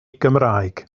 gymraeg